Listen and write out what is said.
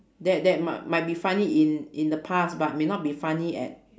that that mi~ might be funny in in the past but may not be funny at